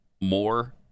more